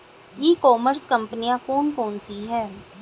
ई commerce कंपनियाँ कौन कौन सी हैं?